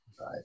right